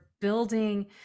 building